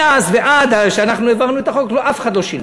מאז ועד שאנחנו העברנו את החוק אף אחד לא שילם.